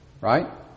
right